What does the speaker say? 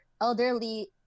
elderly